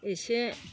इसे